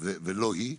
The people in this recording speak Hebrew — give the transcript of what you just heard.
ולא היא,